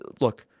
look